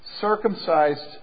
Circumcised